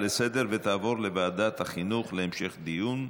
לסדר-היום ותעבור לוועדת החינוך להמשך דיון,